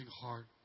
heart